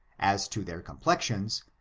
as to their com plexions,